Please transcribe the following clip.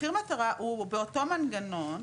מחיר מטרה הוא באותו מנגנון.